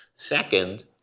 Second